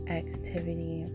activity